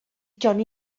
johnny